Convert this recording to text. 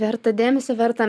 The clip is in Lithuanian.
verta dėmesio verta